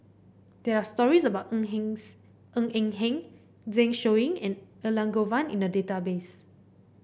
there are stories about Ng Eng Ng Eng Hen Zeng Shouyin and Elangovan in the database